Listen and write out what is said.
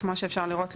וכמו שאפשר לראות,